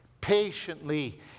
patiently